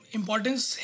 importance